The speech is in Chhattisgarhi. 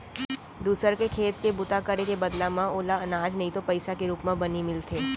दूसर के खेत के बूता करे के बदला म ओला अनाज नइ तो पइसा के रूप म बनी मिलथे